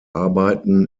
arbeiten